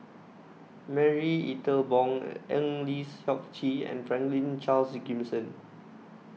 Marie Ethel Bong Eng Lee Seok Chee and Franklin Charles Gimson